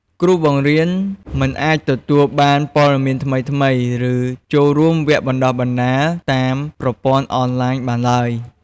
គ្រូបង្រៀនមិនអាចទទួលបានព័ត៌មានថ្មីៗ ឬចូលរួមវគ្គបណ្តុះបណ្តាលតាមប្រព័ន្ធអនឡាញបានឡើយ។